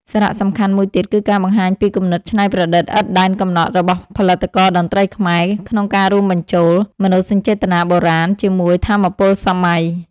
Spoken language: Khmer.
សារៈសំខាន់មួយទៀតគឺការបង្ហាញពីគំនិតច្នៃប្រឌិតឥតដែនកំណត់របស់ផលិតករតន្ត្រីខ្មែរ ក្នុងការរួមបញ្ចូល មនោសញ្ចេតនាបុរាណ ជាមួយ ថាមពលសម័យ។